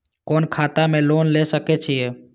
कोन खाता में लोन ले सके छिये?